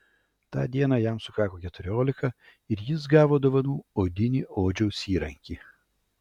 tą dieną jam sukako keturiolika ir jis gavo dovanų odinį odžiaus įrankį